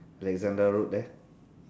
the alexandra road there